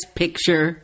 picture